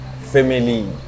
Family